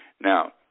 Now